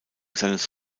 seines